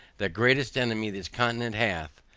the greatest enemy this continent hath,